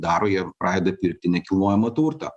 daro jie pradeda pirkti nekilnojamą turtą